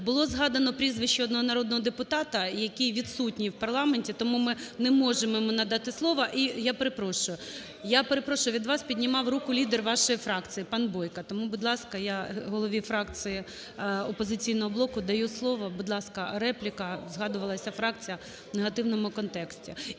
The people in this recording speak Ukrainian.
Було згадано прізвище одного народного депутата, який відсутній в парламенті. Тому ми не можемо йому надати слово. Я перепрошую, я перепрошую, від вас піднімав руку лідер вашої фракції пан Бойко. Тому, будь ласка, я голові фракції "Опозиційного блоку" даю слово. Будь ласка, репліка, згадувалася фракція в негативному контексті.